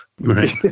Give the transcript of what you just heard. Right